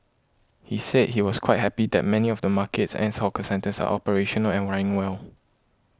he said he was quite happy that many of the markets and hawker centres are operational and running well